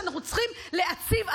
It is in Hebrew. שאנחנו צריכים להציב,